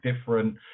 different